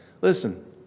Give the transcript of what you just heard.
Listen